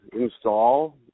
install